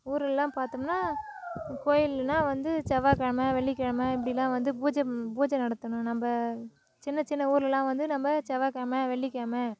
ஊருலெல்லாம் பார்த்தோம்னா கோவிலுன்னால் வந்து செவ்வாய் கெழமை வெள்ளிக் கெழமை இப்படிலாம் வந்து பூஜை பூஜை நடத்துணும் நம்ம சின்ன சின்ன ஊர்லெலாம் வந்து நம்ம செவ்வாய் கெழமை வெள்ளிக் கெழமை